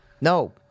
No